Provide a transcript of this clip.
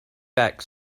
back